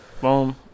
Boom